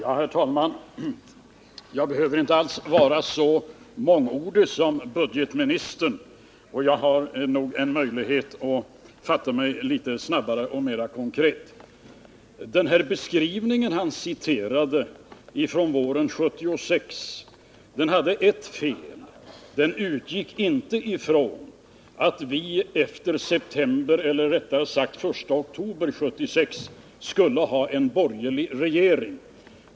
Herr talman! Jag behöver inte alls vara så mångordig som budgetministern. Jag har nog möjlighet att fatta mig litet kortare och vara mer konkret. Den beskrivning som han citerade från våren 1976 hade ett fel. Jag utgick inte i mitt anförande från att vi efter september eller rättare sagt den I oktober 1976 skulle ha en borgerlig regering.